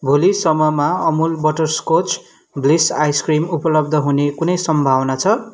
भोलिसम्ममा Amul butterscotch bliss ice cream उपलब्ध हुने कुनै सम्भावना छ